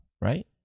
right